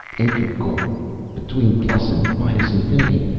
integral between plus and minus infinity.